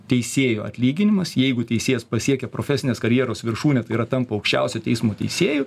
teisėjo atlyginimas jeigu teisėjas pasiekia profesinės karjeros viršūnę tai yra tampa aukščiausi teismo teisėju